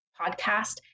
podcast